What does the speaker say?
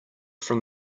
from